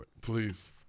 please